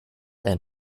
and